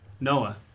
Noah